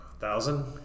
Thousand